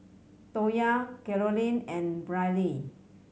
Tonya Carolyn and Brylee